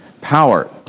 power